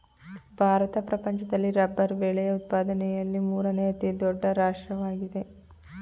ಭಾರತ ಪ್ರಪಂಚದಲ್ಲಿ ರಬ್ಬರ್ ಬೆಳೆಯ ಉತ್ಪಾದನೆಯಲ್ಲಿ ಮೂರನೇ ಅತಿ ದೊಡ್ಡ ರಾಷ್ಟ್ರವಾಗಿದೆ